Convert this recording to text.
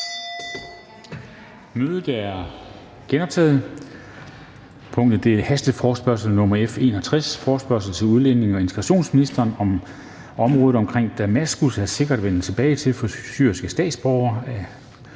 dagsordenen, hasteforespørgsel nr. F 61, forespørgsel til udlændinge- og integrationsministeren om, at området omkring Damaskus er sikkert at vende tilbage til for syriske statsborgere,